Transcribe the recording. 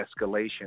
escalation